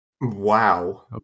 wow